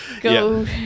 go